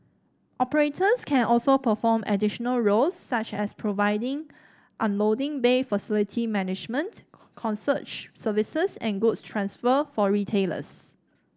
operators can also perform additional roles such as providing unloading bay facility management concierge services and good transfer for retailers